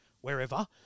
wherever